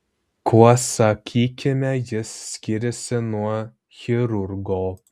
kuo sakykime jis skiriasi nuo chirurgo